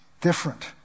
different